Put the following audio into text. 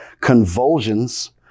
convulsions